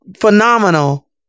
phenomenal